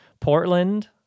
Portland